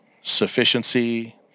sufficiency